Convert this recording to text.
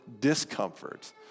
discomfort